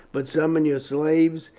but summon your slaves,